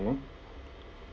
K